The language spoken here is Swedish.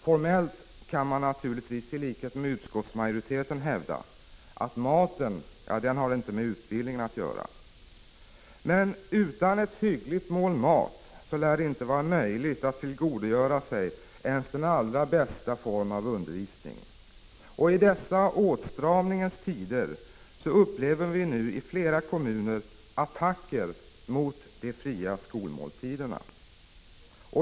Formellt kan man naturligtvis, i likhet med utskottsmajoriteten, hävda att 13 maten inte har med utbildningen att göra. Utan ett hyggligt mål mat lär det emellertid inte vara möjligt att tillgodogöra sig ens den allra bästa form av undervisning. I dessa åtstramningens tider upplever vi nu i flera kommuner attacker mot de fria skolmåltiderna.